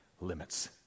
limits